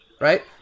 Right